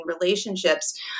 relationships